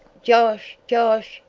josh! josh!